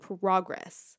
progress